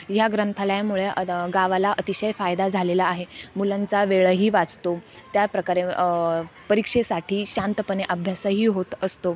ह्या ग्रंथालयामुळे गावाला अतिशय फायदा झालेला आहे मुलांचा वेळही वाचतो त्याप्रकारे परीक्षेसाठी शांतपणे अभ्यासही होत असतो